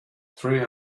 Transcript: three